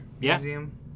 museum